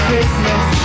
Christmas